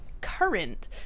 current